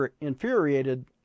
infuriated